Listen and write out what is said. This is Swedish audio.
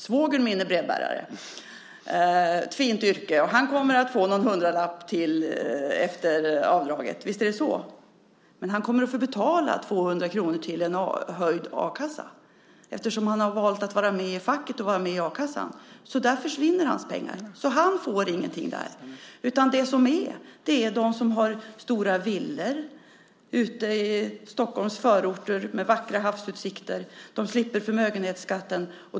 Svågern min är brevbärare, ett fint yrke, och han kommer att få någon hundralapp till efter avdraget. Visst är det så. Men han kommer att få betala 200 kr till en höjd a-kassa, eftersom han har valt att vara med i facket och vara med i a-kassan. Där försvinner hans pengar, så han får ingenting där. De som har stora villor ute i Stockholms förorter, med vackra havsutsikter, slipper förmögenhetsskatten.